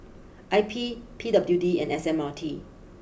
I P P W D and S M R T